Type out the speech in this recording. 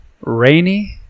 rainy